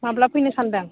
माब्ला फैनो सान्दों